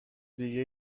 دیگه